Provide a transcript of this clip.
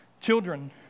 Children